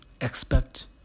expect